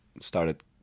started